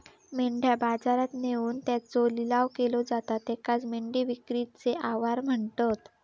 मेंढ्या बाजारात नेऊन त्यांचो लिलाव केलो जाता त्येकाचं मेंढी विक्रीचे आवार म्हणतत